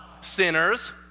sinners